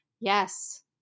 Yes